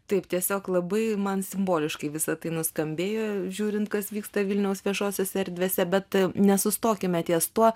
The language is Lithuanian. taip tiesiog labai man simboliškai visa tai nuskambėjo žiūrint kas vyksta vilniaus viešosiose erdvėse bet nesustokime ties tuo